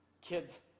Kids